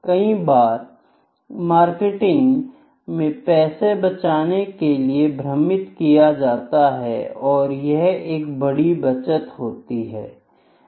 कई बार मार्केटिंग में पैसे बचाने के लिए भ्रमित किया जाता है और यह एक बड़ी बचत होती है